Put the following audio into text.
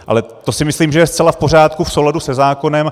Ale to si myslím, že je zcela v pořádku, v souladu se zákonem.